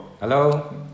Hello